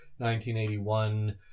1981